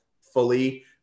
fully